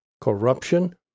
corruption